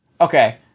Okay